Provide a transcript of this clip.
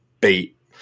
beat